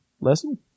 lesson